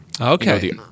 Okay